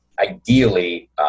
ideally